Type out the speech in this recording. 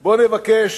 בוא נבקש